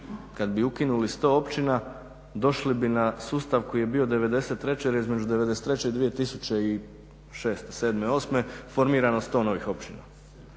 Kada bi ukinuli 100 općina došli bi na sustav koji je bio '93.jer između 1993.i 2006., 2007., 2008.formirano 100 novih općina.